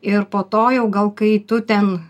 ir po to jau gal kai tu ten